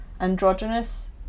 androgynous